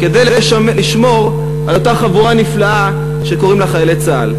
כדי לשמור על אותה חבורה נפלאה שקוראים לה חיילי צה"ל.